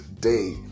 Day